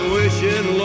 wishing